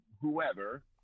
whoever